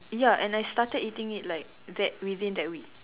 ya and I started eating it like that within that week